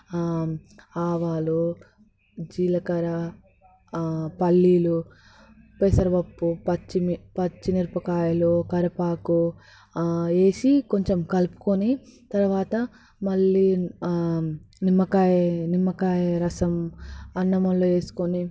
ఆవాలు జీలకర్ర పల్లీలు పెసరవప్పు పచ్చిమి పచ్చిమిరపకాయలు కరివేపాకు వేసి కొంచెం కలుపుకొని తరువాత మళ్ళీ నిమ్మకాయ నిమ్మకాయ రసం అన్నములో వేసుకొని